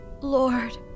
Lord